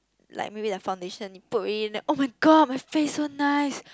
like maybe the foundation you put already then [oh]-my-god my face so nice